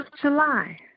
July